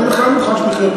אבל כיוון שגם את